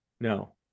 No